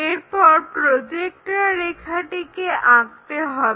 এরপর প্রজেক্টর রেখাটিকে আঁকতে হবে